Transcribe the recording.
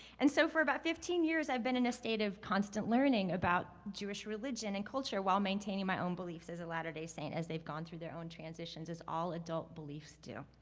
and so, for about fifteen years, i've been in a state of constant learning about jewish religion and culture while maintaining my own beliefs as a latter-day saint as they've gone through their own transitions as all adult beliefs do.